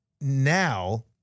now